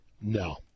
no